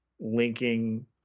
linking